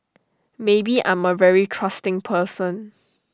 maybe I'm A very trusting person